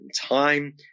time